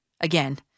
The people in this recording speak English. again